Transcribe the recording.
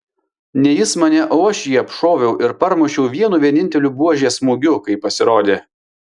ne jis mane o aš jį apšoviau ir parmušiau vienu vieninteliu buožės smūgiu kai pasirodė